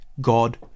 God